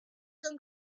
con